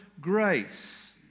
grace